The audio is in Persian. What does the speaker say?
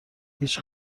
هیچ